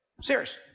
Serious